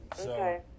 Okay